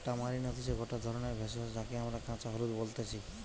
tamarind হতিছে গটে ধরণের ভেষজ যাকে আমরা কাঁচা হলুদ বলতেছি